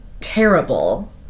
terrible